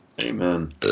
Amen